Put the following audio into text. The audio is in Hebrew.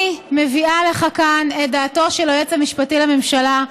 אני מביאה לך כאן את דעתו של היועץ המשפטי לממשלה,